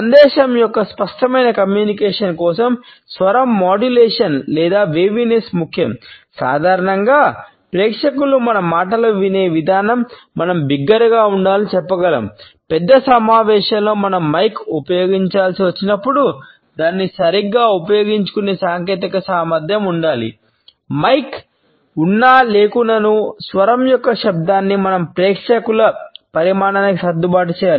సందేశం యొక్క స్పష్టమైన కమ్యూనికేషన్ ఉపయోగించాల్సి వచ్చినప్పుడు దాన్ని సరిగ్గా ఉపయోగించుకునే సాంకేతిక సామర్థ్యం ఉండాలి